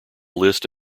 list